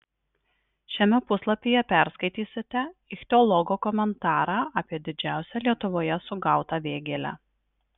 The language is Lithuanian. šiame puslapyje perskaitysite ichtiologo komentarą apie didžiausią lietuvoje sugautą vėgėlę